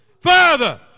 Father